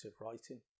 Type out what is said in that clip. writing